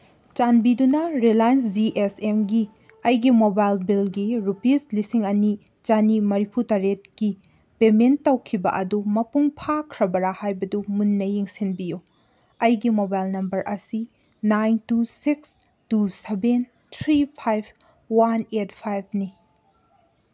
ꯆꯥꯟꯕꯤꯗꯨꯅ Reliance G S ꯑꯦꯝꯒꯤ ꯑꯩꯒꯤ ꯃꯣꯕꯥꯏꯜ ꯕꯤꯜꯒꯤ ꯔꯨꯄꯤꯁ ꯂꯤꯁꯤꯡ ꯑꯅꯤ ꯆꯥꯅꯤ ꯃꯔꯤꯐꯨ ꯇꯔꯦꯠꯀꯤ ꯄꯦꯃꯦꯟ ꯇꯧꯈꯤꯕ ꯑꯗꯨ ꯃꯄꯨꯡ ꯐꯥꯈ꯭ꯔꯕꯔꯥ ꯍꯥꯏꯕꯗꯨ ꯃꯨꯟꯅ ꯌꯦꯡꯁꯤꯟꯕꯤꯌꯨ ꯑꯩꯒꯤ ꯃꯣꯕꯥꯏꯜ ꯅꯝꯕꯔ ꯑꯁꯤ nine two six two seven three five one eight ꯐꯥꯏꯚꯅꯤ